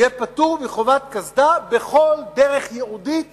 יהיה פטור מחובת קסדה בכל דרך ייעודית